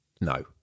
No